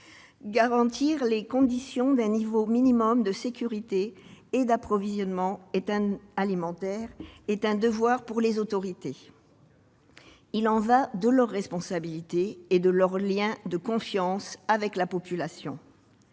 Garantir les conditions d'un niveau minimal de sécurité et d'approvisionnement alimentaires est un devoir pour les autorités. Il y va de leur responsabilité et du lien de confiance qu'elles entretiennent